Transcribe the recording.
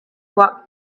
walked